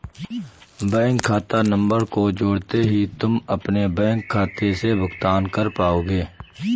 bank खाता number को जोड़ते ही तुम अपने बैंक खाते से भुगतान कर पाओगे